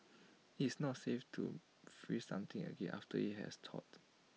IT is not safe to freeze something again after IT has thawed